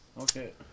Okay